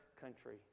country